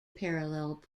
parallel